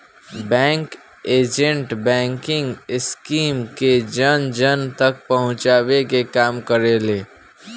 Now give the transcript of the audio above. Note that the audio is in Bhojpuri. बैंक एजेंट बैंकिंग स्कीम के जन जन तक पहुंचावे के काम करेले